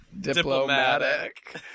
Diplomatic